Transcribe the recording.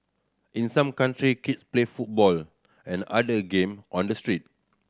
in some country kids play football and other game on the street